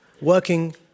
working